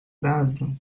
bases